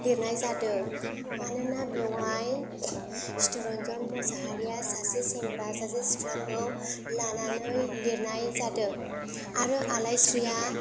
लिरनाय जादों मानोना बेवहाय चित्तरन्जन मुसाहारिया सासे सेंग्रा सासे सिख्लाखौ लानानै लिरनाय जादों आरो आलाइस्रिया